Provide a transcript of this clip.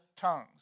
tongues